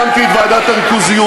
ריכוזיות: הקמתי את ועדת הריכוזיות,